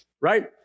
Right